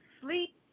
sleep